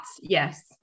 yes